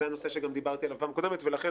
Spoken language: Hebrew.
ולכן,